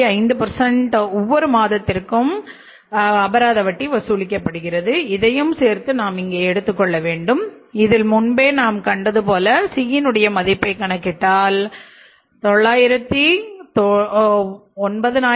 5 ஒவ்வொரு மாதத்திற்கும் வசூலிக்கப்படுகிறது இதையும் சேர்த்து நாம் இங்கே எடுத்துக் கொள்ள வேண்டும் இதில் முன்பே நாம் கண்டது போல C னுடைய மதிப்பைக் கணக்கிட்டால் 9905